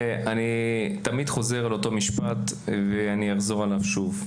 ואני תמיד חוזר על אותו משפט ואני אחזור עליו שוב.